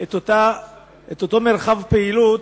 את אותו מרחב פעילות